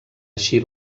així